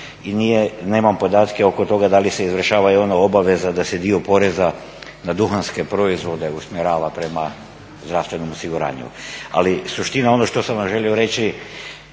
i nemam podatke oko toga da li se izvršava i ona obaveza da se dio poreza na duhanske proizvode usmjerava prema zdravstvenom osiguranju. Ali, suština onog što sam vam želio reći